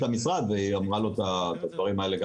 המשרד והיא אמרה לו את הדברים האלה.